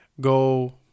go